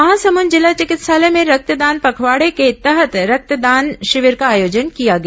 महासमुंद जिला चिकित्सालय में रक्तदान पखवाड़े के तहत रक्तदान शिविर का आयोजन किया गया